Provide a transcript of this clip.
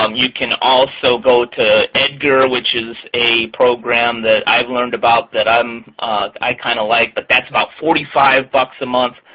um you can also go to edgar which is a program that i've learned about that ah um i kind of like, but that's about forty five dollars a month.